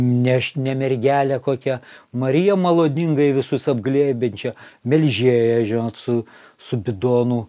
neš ne mergelę kokią mariją maloningąją visus apglėbiančią melžėją žinot su su bidonu